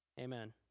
Amen